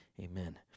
Amen